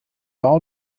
bau